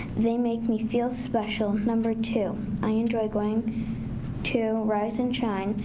they make me feel special. number two, i enjoy going to rise and shine.